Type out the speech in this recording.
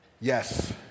Yes